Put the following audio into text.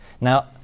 Now